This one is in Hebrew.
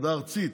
ועדה ארצית,